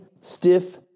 stiff